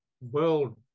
world